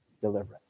deliverance